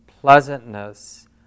pleasantness